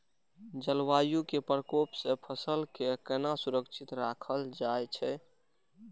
जलवायु के प्रकोप से फसल के केना सुरक्षित राखल जाय छै?